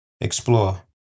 Explore